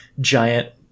giant